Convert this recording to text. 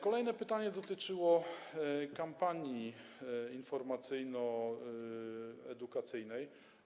Kolejne pytanie dotyczyło kampanii informacyjno--edukacyjnej.